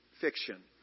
fiction